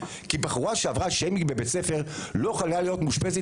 כי בחורה שעברה שיימינג בבית ספר לא יכולה להיות מאושפזת